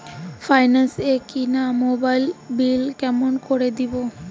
Finance এ কিনা মোবাইলের বিল কেমন করে দিবো?